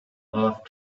off